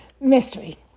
mystery